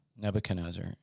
Nebuchadnezzar